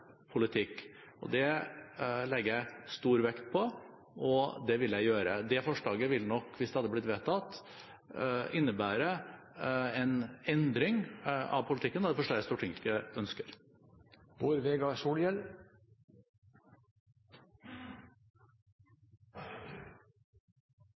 Det legger jeg stor vekt på. Og det forslaget ville nok – hvis det hadde blitt vedtatt – innebære en endring av politikken, og det forstår jeg at Stortinget ikke ønsker.